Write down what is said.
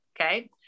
Okay